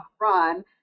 run